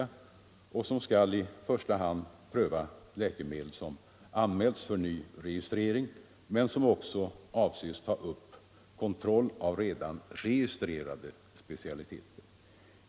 I första hand skall man pröva läkemedel som anmäls för nyregistrering, men man avser också att ta upp kontroll av redan registrerade specialiteter.